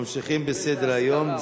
ממשיכים בסדר-היום.